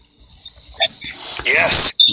Yes